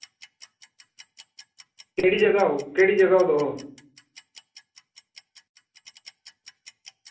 केह्ड़ी जगह ओ केह्ड़ी जगह ओ तुस